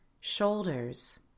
shoulders